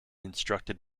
instructed